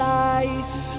life